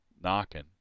knocking